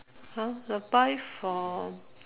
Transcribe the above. !huh! I buy from